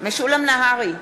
משולם נהרי,